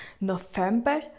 November